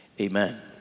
Amen